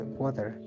water